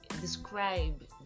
Describe